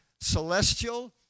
celestial